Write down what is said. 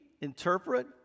interpret